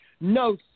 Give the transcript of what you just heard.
No